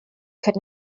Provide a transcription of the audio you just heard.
could